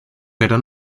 pero